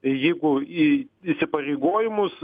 jeigu į įsipareigojimus